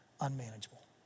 unmanageable